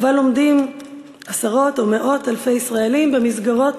ובה לומדים עשרות ומאות אלפי ישראלים במסגרות